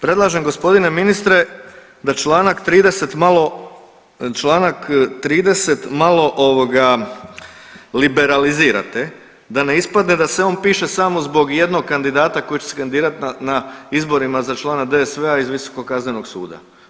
Predlažem gospodine ministre da Članak 30. malo, Članak 30. malo ovoga liberalizirate da ne ispadne da se on piše samo zbog jednog kandidata koji će se kandidirat na, na izborima za članka DSV-a iz Visokog kaznenog suda.